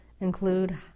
include